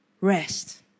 rest